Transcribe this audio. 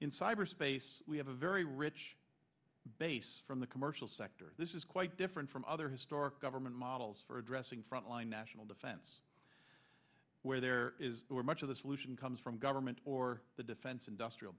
in cyberspace we have a very rich base from the commercial sector this is quite different from other historic government models for addressing frontline national defense where there is much of the solution comes from government or the defense industrial